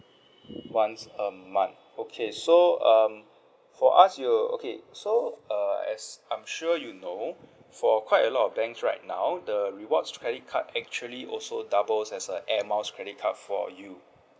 once a month okay so um for us you will okay so uh as I'm sure you know for quite a lot of banks right now the rewards credit card actually also doubles as a air miles credit card for you